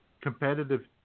Competitive